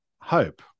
hope